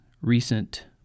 recent